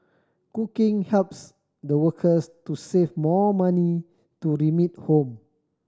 cooking helps the workers to save more money to remit home